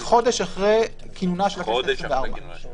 חודש אחרי כינונה של הכנסת העשרים-וארבע.